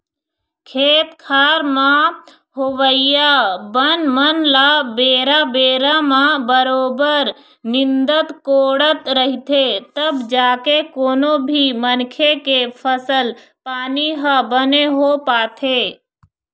खेत खार म होवइया बन मन ल बेरा बेरा म बरोबर निंदत कोड़त रहिथे तब जाके कोनो भी मनखे के फसल पानी ह बने हो पाथे